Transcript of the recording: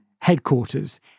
headquarters